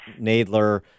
Nadler